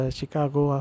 Chicago